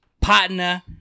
partner